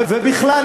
בכלל,